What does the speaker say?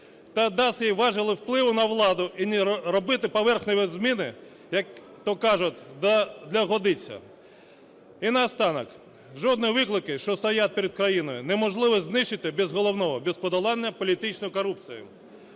та дасть їй важелі впливу на владу, і не робити поверхневі зміни, як-то кажуть, для годиться. І наостанок. Жодні виклики, що стоять перед країною, неможливо знищити без головного – без подолання політичної корупції.